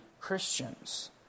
Christians